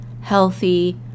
healthy